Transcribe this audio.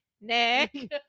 Nick